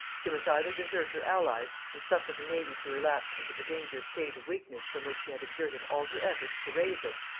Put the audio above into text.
she must either desert her allies, and suffer her navy to relapse into the dangerous state of weakness from which she had exerted all her efforts to raise it,